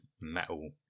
metal